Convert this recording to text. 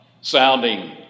sounding